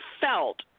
felt